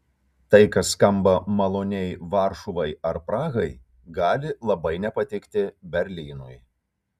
tai kas skamba maloniai varšuvai ar prahai gali labai nepatikti berlynui